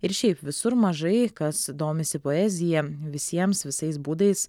ir šiaip visur mažai kas domisi poezija visiems visais būdais